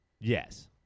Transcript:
Yes